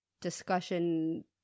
discussion